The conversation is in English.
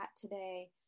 today